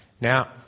Now